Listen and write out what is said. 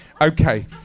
Okay